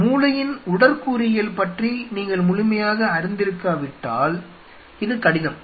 மூளையின் உடற்கூறியல் பற்றி நீங்கள் முழுமையாக அறிந்திருக்காவிட்டால் இது கடினம்